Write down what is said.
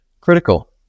Critical